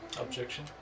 Objection